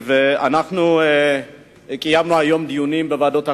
אנחנו קיימנו היום דיונים בוועדות הכנסת.